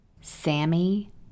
Sammy